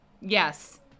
Yes